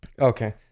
Okay